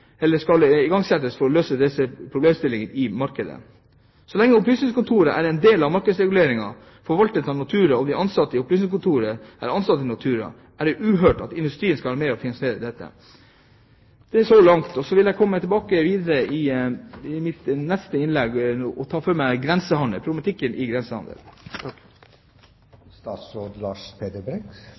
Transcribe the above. eller skal igangsettes for å løse deres problemstillinger i markedet. Så lenge opplysningskontoret er en del av markedsreguleringen forvaltet av Nortura og de ansatte i opplysningskontoret er ansatt i Nortura, er det uhørt at industrien skal være med og finansiere dette. Jeg vil i mitt neste innlegg ta for meg problematikken i grensehandelen. Først vil jeg takke representanten Trældal for